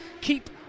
keep